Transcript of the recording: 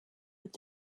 with